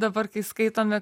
dabar kai skaitome